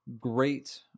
great